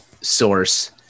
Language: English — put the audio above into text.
source